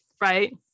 Right